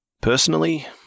Personally